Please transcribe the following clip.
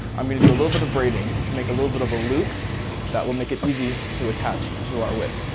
i'm going to do a little bit of braiding to make a little bit of a loop that will make it easy to attach to our whip.